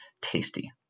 tasty